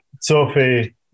Sophie